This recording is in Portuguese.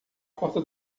porta